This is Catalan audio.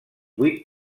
vuit